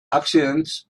accidents